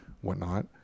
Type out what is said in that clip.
whatnot